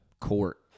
court